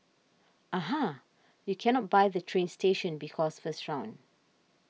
aha you cannot buy the train station because first round